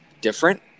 different